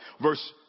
verse